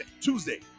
Tuesday